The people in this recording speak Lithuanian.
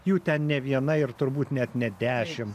jų ten ne viena ir turbūt net ne dešimt